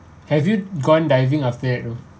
have you gone diving after that though